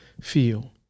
feel